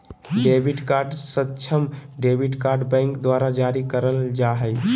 debit card सक्षम debit card bank द्वारा जारी करल जा हइ